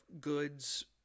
goods